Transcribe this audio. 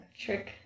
trick